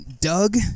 Doug